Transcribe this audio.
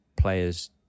players